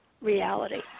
reality